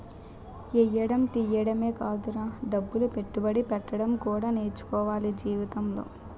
ఎయ్యడం తియ్యడమే కాదురా డబ్బులు పెట్టుబడి పెట్టడం కూడా నేర్చుకోవాల జీవితంలో